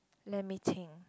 let me think